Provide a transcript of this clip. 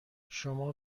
شما